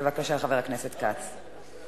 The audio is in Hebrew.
בבקשה, חבר הכנסת כץ.